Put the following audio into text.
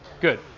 Good